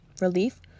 Relief